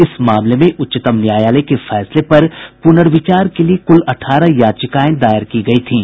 इस मामले में उच्चतम न्यायालय के फैसले पर पुनर्विचार के लिए कुल अठारह याचिकाएं दायर की गई थीं